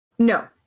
no